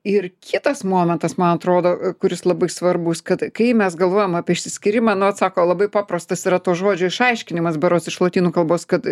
ir kitas momentas man atrodo kuris labai svarbus kad kai mes galvojam apie išsiskyrimą nu atsako labai paprastas yra to žodžio išaiškinimas berods iš lotynų kalbos kad